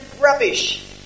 rubbish